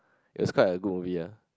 it was quite a good movie ah